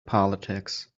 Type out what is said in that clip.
politics